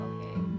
Okay